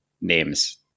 names